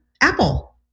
Apple